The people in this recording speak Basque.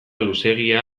luzeegia